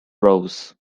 rose